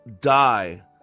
die